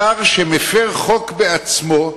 שר שמפר חוק בעצמו,